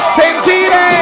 sentire